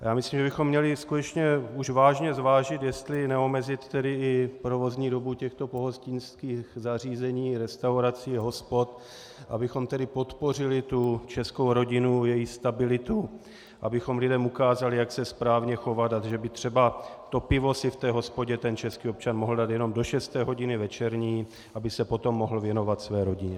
Já myslím, že bychom měli skutečně už vážně zvážit, jestli neomezit tedy i provozní dobu těchto pohostinských zařízení, restaurací a hospod, abychom tedy podpořili tu českou rodinu, její stabilitu, abychom lidem ukázali, jak se správně chovat, a že by třeba to pivo si v hospodě český občan mohl dát jenom do šesté hodiny večerní, aby se potom mohl věnovat své rodině.